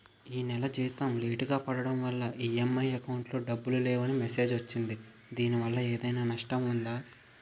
ఈ నెల జీతం లేటుగా పడటం వల్ల ఇ.ఎం.ఐ అకౌంట్ లో డబ్బులు లేవని మెసేజ్ వచ్చిందిదీనివల్ల ఏదైనా నష్టం ఉందా?